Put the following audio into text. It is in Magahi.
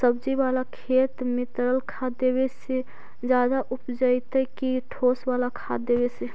सब्जी बाला खेत में तरल खाद देवे से ज्यादा उपजतै कि ठोस वाला खाद देवे से?